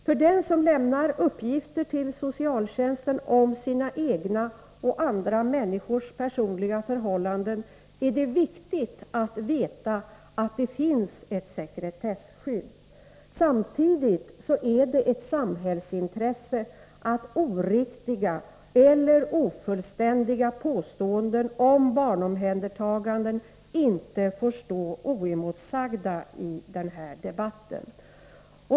För den som lämnar uppgifter till socialtjänsten om sina egna eller andra människors personliga förhållanden är det viktigt att veta att det finns ett sekretesskydd. Samtidigt är det ett samhällsintresse att oriktiga eller ofullständiga påståenden om omhändertagande av barn inte får stå oemotsagda i debatten.